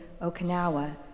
Okinawa